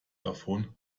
davon